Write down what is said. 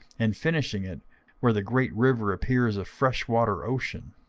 and finishing it where the great river appears a fresh-water ocean.